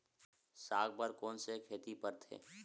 साग बर कोन से खेती परथे?